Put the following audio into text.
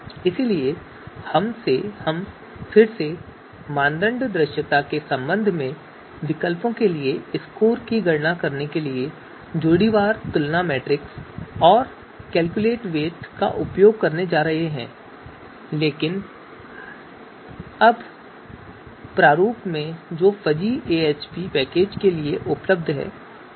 इसलिए हम फिर से मानदंड दृश्यता के संबंध में विकल्पों के लिए स्कोर की गणना करने के लिए जोड़ीवार तुलना मैट्रिक्स और कैलकुलेटवेट का उपयोग करने जा रहे हैं लेकिन अब प्रारूप में जो fuzzyAHP पैकेज के लिए उपयुक्त है